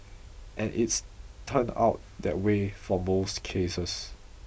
and it's turned out that way for most cases